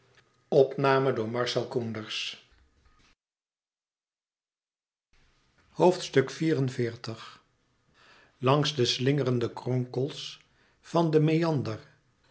langs de slingerende kronkels van den meander